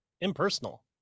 impersonal